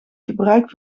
gebruik